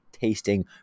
Tasting